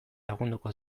lagunduko